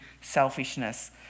selfishness